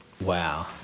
Wow